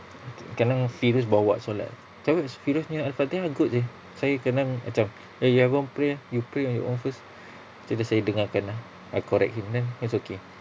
kadang-kadang firuz bawa solat tapi firuz punya al-fatihah good seh saya kadang-kadang macam eh you haven't pray ah you pray on your own first lepas tu saya dengarkan lah I correct him then it's okay